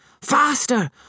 Faster